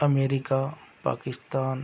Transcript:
America Pakistan